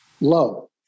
low